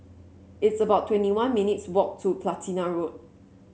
it's about twenty one minutes' walk to Platina Road